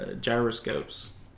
gyroscopes